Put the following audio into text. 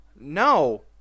No